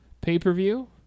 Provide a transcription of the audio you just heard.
pay-per-view